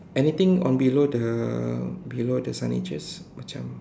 anything on below the below the signages macam